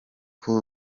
com